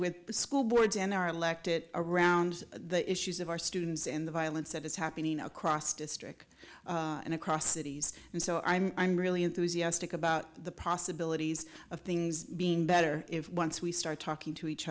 with the school boards and our elected around the issues of our students in the violence that is happening across district and across cities and so i'm really enthusiastic about the possibilities of things being better if once we start talking to each